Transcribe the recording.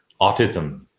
autism